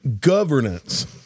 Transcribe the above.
governance